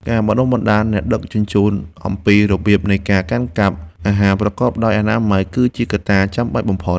ការបណ្ដុះបណ្ដាលអ្នកដឹកជញ្ជូនអំពីរបៀបនៃការកាន់កាប់អាហារប្រកបដោយអនាម័យគឺជាការចាំបាច់បំផុត។